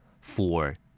four